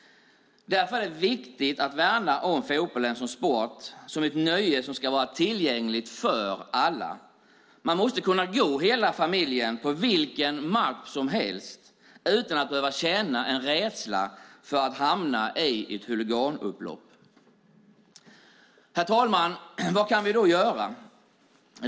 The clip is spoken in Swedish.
Därför är det viktigt att värna om fotbollen som sport och som ett nöje som ska vara tillgängligt för alla. Hela familjen måste kunna gå på vilken match som helst utan att behöva känna en rädsla för att hamna i ett huliganupplopp. Herr talman! Vad kan vi då göra?